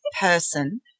person